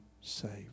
saved